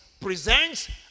presents